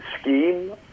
scheme